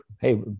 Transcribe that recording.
hey